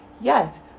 Yes